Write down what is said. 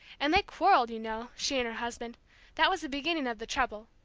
and they quarrelled, you know, she and her husband that was the beginning of the trouble.